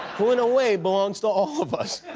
who in a way belongs to all of us.